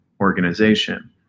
organization